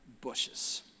bushes